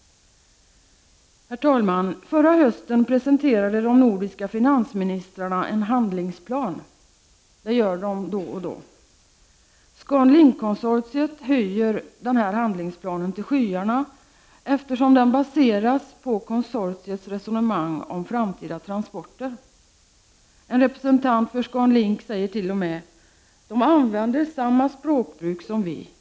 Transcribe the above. Herr talman! Förra hösten presenterade de nordiska finansministrarna en handlingsplan. De gör det då och då. ScanLink-konsortiet höjer den till skyarna, eftersom den baseras på konsortiets resonemang om framtida transporter. En representant för ScanLink säger t.o.m.: ”De använder samma språkbruk som vi.